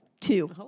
Two